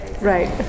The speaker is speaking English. Right